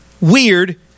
weird